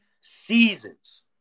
seasons